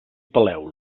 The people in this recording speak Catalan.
peleu